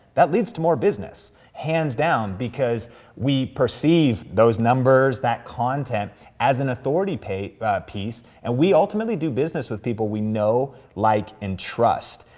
that leads to more business hands down, because we perceive those numbers, that content as an authority piece, and we ultimately do business with people we know, like, and trust,